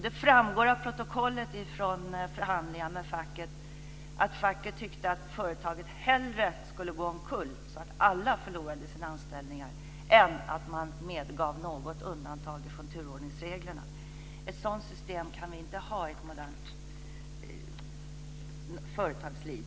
Det framgår av protokollet från förhandlingar med facket att facket tyckte att företaget hellre skulle gå omkull, så att alla förlorade sina anställningar än att man medgav något undantag från turordningsreglerna. Ett sådant system kan vi inte ha i ett modernt företagsliv.